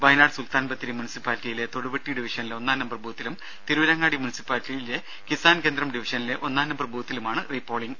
വയനാട് സുത്താൻബത്തേരി മുനിസിപ്പാലിറ്റിയിലെ തൊടുവെട്ടി ഡിവിഷനിലെ ഒന്നാം നമ്പർ ബൂത്തിലും തിരൂരങ്ങാടി മുനിസിപ്പാലിറ്റിയിലെ കിസാൻ കേന്ദ്രം ഡിവിഷനിലെ ഒന്നാം നമ്പർ ബൂത്തിലും ആണ് റീപോളിംഗ്